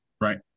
right